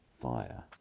fire